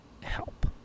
help